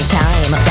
time